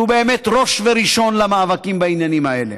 שהוא באמת ראש וראשון למאבקים בעניינים האלה.